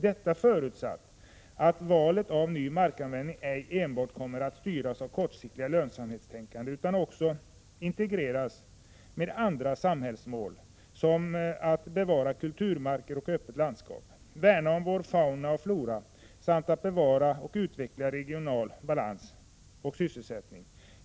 Detta förutsatt att valet av ny markanvändning ej enbart kommer att styras av kortsiktigt lönsamhetstänkande utan också integreras med andra samhällsmål som att bevara kulturmarker och ett öppet landskap, värna om vår fauna och flora samt att bevara och utveckla regional balans och sysselsättning.